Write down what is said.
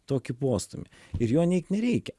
tokį postūmį ir jo neigt nereikia